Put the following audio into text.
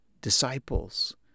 disciples